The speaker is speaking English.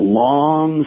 long